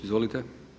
Izvolite.